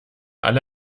alle